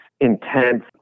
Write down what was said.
intense